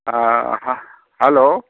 ꯑꯥ hello